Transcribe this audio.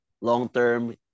long-term